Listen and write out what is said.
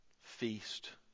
feast